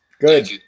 Good